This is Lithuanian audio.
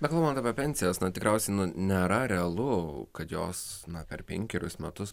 bekalbant apie pensijas na tikriausiai nėra realu kad jos na per penkerius metus